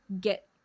get